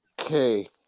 Okay